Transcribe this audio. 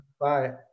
Bye